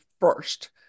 first